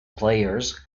players